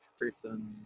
person